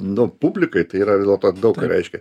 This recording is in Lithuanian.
daug publikai tai yra vis dėlto daug ką reiškia